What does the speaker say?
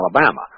Alabama